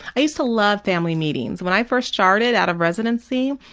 i used to love family meetings. when i first started out of residency,